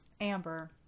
Amber